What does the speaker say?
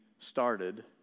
started